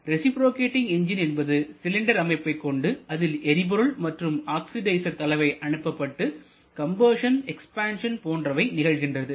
reciprocating engine என்பது cylinder அமைப்பை கொண்டு அதில் எரிபொருள் மற்றும் ஆக்சிடைசேர் கலவை அனுப்பப்பட்டு கம்பஷன் எக்ஸ்பான்சன் போன்றவை நிகழ்கின்றது